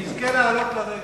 שיזכה לעלות לרגל.